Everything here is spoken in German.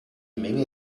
menge